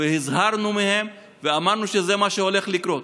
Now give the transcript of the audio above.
והזהרנו מהן ואמרנו שזה מה שהולך לקרות.